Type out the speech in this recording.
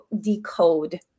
decode